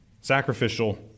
Sacrificial